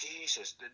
Jesus